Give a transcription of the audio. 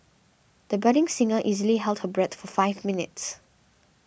the budding singer easily held her breath for five minutes